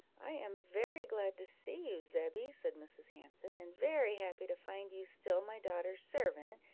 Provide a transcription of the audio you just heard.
i am very glad to see you, zebby, said mrs. hanson, and very happy to find you still my daughter's servant,